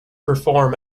perform